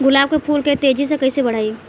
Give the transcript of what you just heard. गुलाब के फूल के तेजी से कइसे बढ़ाई?